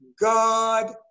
God